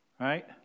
right